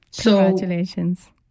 Congratulations